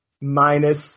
minus